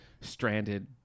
stranded